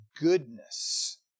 goodness